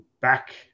back